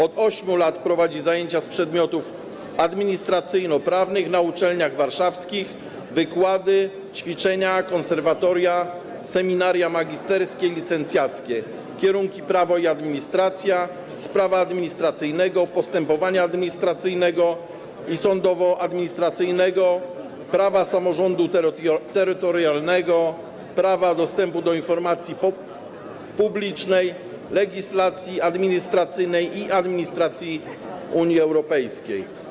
Od 8 lat prowadzi zajęcia z przedmiotów administracyjno-prawnych na uczelniach warszawskich, wykłady, ćwiczenia, konwersatoria, seminaria magisterskie i licencjackie - na kierunkach: prawo i administracja, z prawa administracyjnego, postępowania administracyjnego i sądowo-administracyjnego, prawa samorządu terytorialnego, prawa dostępu do informacji publicznej, legislacji administracyjnej i administracji Unii Europejskiej.